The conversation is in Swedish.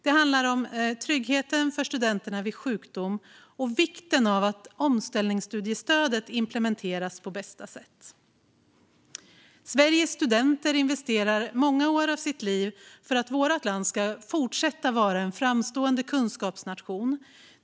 Det handlar om tryggheten för studenterna vid sjukdom och vikten av att omställningsstudiestödet implementeras på bästa sätt. Sveriges studenter investerar många år av sitt liv för att vårt land ska fortsätta att vara en framstående kunskapsnation.